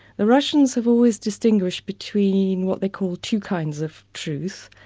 the russians have always distinguished between what they call two kinds of truth,